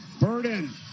Burden